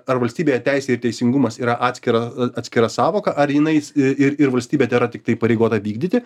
ar valstybėje teisė ir teisingumas yra atskira atskira sąvoka ar jinai ir ir valstybė tai yra tiktai įpareigota vykdyti